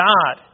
God